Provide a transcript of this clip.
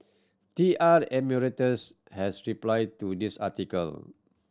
T R Emeritus has replied to this article